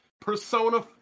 Persona